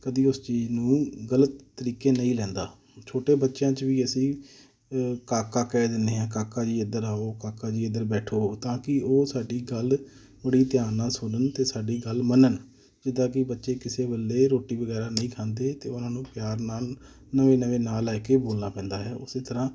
ਕਦੀ ਉਸ ਚੀਜ਼ ਨੂੰ ਗਲਤ ਤਰੀਕੇ ਨਹੀਂ ਲੈਂਦਾ ਛੋਟੇ ਬੱਚਿਆਂ 'ਚ ਵੀ ਅਸੀਂ ਕਾਕਾ ਕਹਿ ਦਿੰਦੇ ਹਾਂ ਕਾਕਾ ਜੀ ਇੱਧਰ ਆਓ ਕਾਕਾ ਜੀ ਇੱਧਰ ਬੈਠੋ ਤਾਂ ਕਿ ਉਹ ਸਾਡੀ ਗੱਲ ਬੜੀ ਧਿਆਨ ਨਾਲ ਸੁਣਨ ਅਤੇ ਸਾਡੀ ਗੱਲ ਮੰਨਣ ਜਿੱਦਾਂ ਕਿ ਬੱਚੇ ਕਿਸੇ ਵਲੇ ਰੋਟੀ ਵਗੈਰਾ ਨਹੀਂ ਖਾਂਦੇ ਤਾਂ ਉਹਨਾਂ ਨੂੰ ਪਿਆਰ ਨਾਲ ਨਵੇਂ ਨਵੇਂ ਨਾਂ ਲੈ ਕੇ ਬੋਲਣਾ ਪੈਂਦਾ ਹੈ ਉਸੇ ਤਰ੍ਹਾਂ